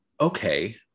okay